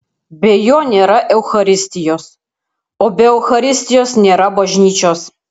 be jo nėra eucharistijos o be eucharistijos nėra bažnyčios